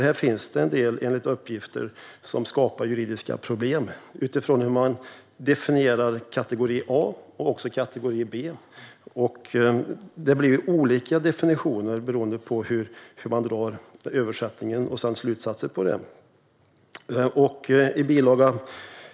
Här finns det nämligen, enligt uppgifter, en del som skapar juridiska problem utifrån hur man definierar kategori A och kategori B. Definitionerna blir olika beroende på hur man gör översättningen och beroende på vilka slutsatser man sedan drar.